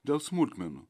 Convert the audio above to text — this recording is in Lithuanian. dėl smulkmenų